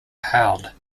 held